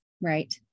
right